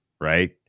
right